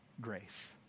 grace